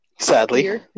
Sadly